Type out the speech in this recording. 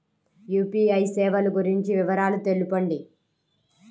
UPI సేవలు గురించి వివరాలు తెలుపండి?